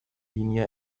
linie